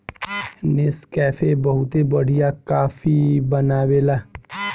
Nescafe बहुते बढ़िया coffee बनावेला